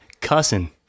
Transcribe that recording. Cussing